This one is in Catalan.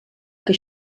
que